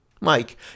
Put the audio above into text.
Mike